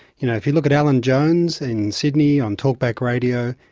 you know, if you look at alan jones in sydney, on talkback radio,